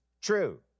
true